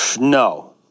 No